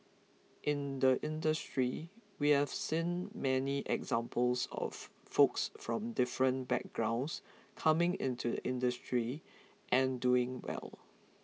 in the industry we have seen many examples of folks from different backgrounds coming into the industry and doing well